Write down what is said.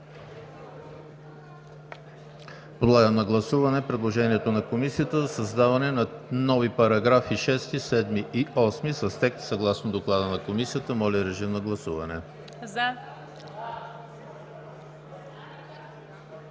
Подлагам на гласуване предложението на Комисията за създаване на нови параграфи 6, 7 и 8 с текст съгласно Доклада на Комисията. Гласували 116